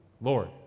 Lord